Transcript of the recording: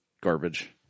garbage